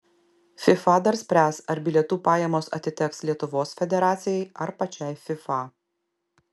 fifa dar spręs ar bilietų pajamos atiteks lietuvos federacijai ar pačiai fifa